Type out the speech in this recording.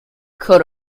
coat